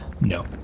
No